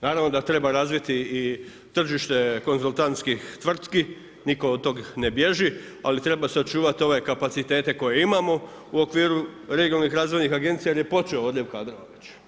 Naravno da treba razviti i tržište konzultantskih tvrtki, nitko od toga ne bježi, ali treba sačuvati ove kapacitete koje imamo u okviru regionalnih razvojnih agencija jer je počeo odljev kadrova već.